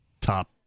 top